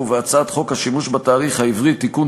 בהצעת חוק השימוש בתאריך העברי (תיקון,